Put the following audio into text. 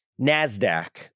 NASDAQ